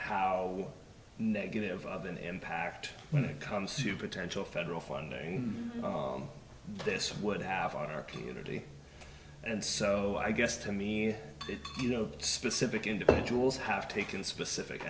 how negative of an impact when it comes to potential federal funding this would have on our community and so i guess to me that you know specific individuals have taken specific